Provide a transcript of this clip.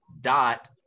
dot